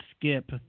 skip